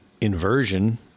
inversion